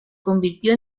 convirtió